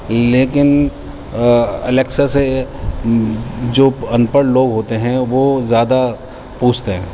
لیکن الیکسا سے جو ان پڑھ لوگ ہوتے ہیں وہ زیادہ پوچھتے ہیں